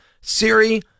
Siri